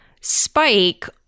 Spike